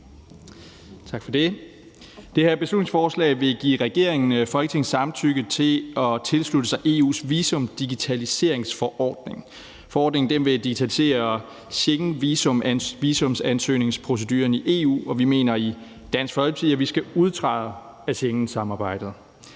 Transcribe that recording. Det her beslutningsforslag vil give regeringen Folketingets samtykke til at tilslutte sig EU's visumdigitaliseringsforordning. Forordningen vil digitalisere Schengenvisumansøgningsproceduren i EU, og vi mener i Dansk Folkeparti, at vi skal udtræde af Schengensamarbejdet.